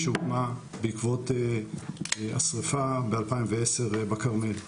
שהוקמה בעקבות השריפה ב-2010 בכרמל.